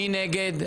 מי נגד?